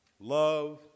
Love